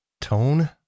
tone